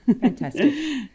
Fantastic